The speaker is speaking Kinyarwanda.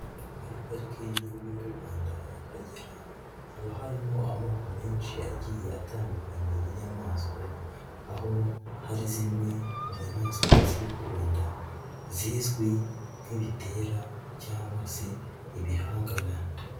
Muri parike y'igihugu y'u Rwanda y'Akagera, haba harimo amoko menshi agiye atandukanye y'inyamaswa. aho hari zimwe mu nyamaswa zibikururanda zizwi nk'ibitera cyangwa se ibihangara.